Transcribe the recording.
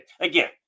Again